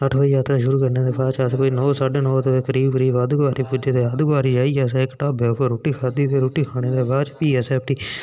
अठ बजे यात्रा शूरू करने दे बाद अ कोई नौ साढे नौ बजे दे करीब करीब अस पुज्जे अद्ध कुआरी जाइयै असें ढाबे पर रुट्टी खाद्धी ते बाद असें फ्ही यात्रा